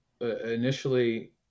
initially